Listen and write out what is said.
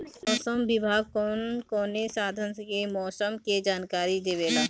मौसम विभाग कौन कौने साधन से मोसम के जानकारी देवेला?